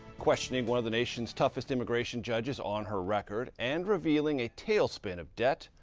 questioning one of the nation's toughest immigration judges on her record and revealing a tailspin of debt,